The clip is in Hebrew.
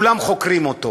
וכולם חוקרים אותו,